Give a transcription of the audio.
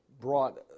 brought